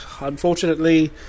Unfortunately